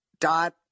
dot